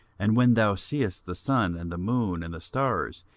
and when thou seest the sun, and the moon, and the stars,